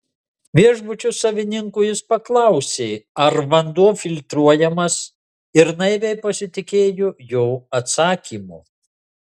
viešbučio savininko jis paklausė ar vanduo filtruojamas ir naiviai pasitikėjo jo atsakymu